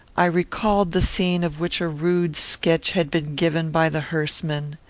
i recalled the scene of which a rude sketch had been given by the hearse-men.